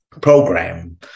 program